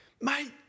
mate